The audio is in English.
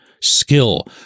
skill